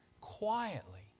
Quietly